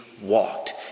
walked